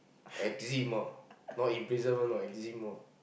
eczema not in prison even also in eczema